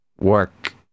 work